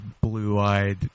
blue-eyed